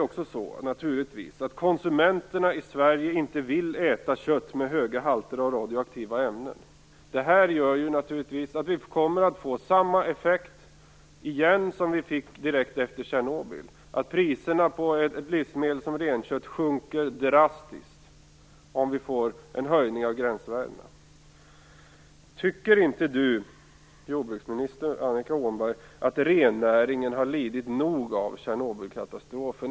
Dessutom vill konsumenterna i Sverige inte äta kött med höga halter av radioaktiva ämnen. Det gör naturligtvis att vi återigen kommer att få samma effekt som vi fick direkt efter Tjernobyl. Priserna på ett livsmedel som renkött kommer att sjunka drastiskt om vi får en höjning av gränsvärdena. Tycker inte jordbruksminister Annika Åhnberg att rennäringen har lidit nog av Tjernobylkatastrofen?